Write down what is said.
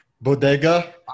Bodega